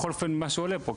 בכל אופן ממה שעולה פה,